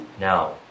Now